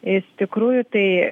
iš tikrųjų tai